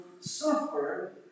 suffer